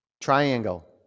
Triangle